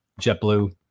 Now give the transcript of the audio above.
JetBlue